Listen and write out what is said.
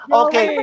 okay